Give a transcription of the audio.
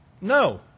no